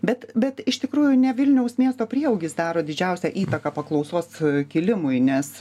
bet bet iš tikrųjų ne vilniaus miesto prieaugis daro didžiausią įtaką paklausos kilimui nes